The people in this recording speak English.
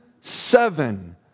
seven